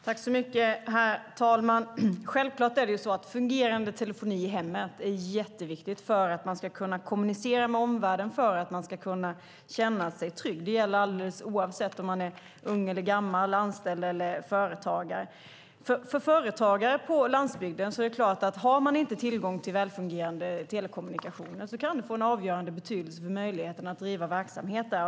Herr talman! Självklart är fungerande telefoni i hemmet jätteviktigt för att man ska kunna kommunicera med omvärlden och för att man ska kunna känna sig trygg. Det gäller alldeles oavsett om man är ung eller gammal, anställd eller företagare. Det är klart att om man som företagare på landsbygden inte har tillgång till välfungerande telekommunikationer kan det få en avgörande betydelse för möjligheten att driva verksamhet där.